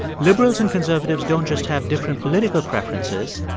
liberals and conservatives don't just have different political preferences.